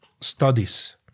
studies